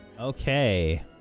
Okay